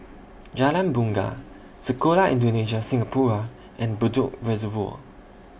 Jalan Bungar Sekolah Indonesia Singapura and Bedok Reservoir